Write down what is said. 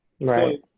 Right